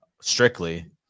strictly